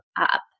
up